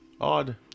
Odd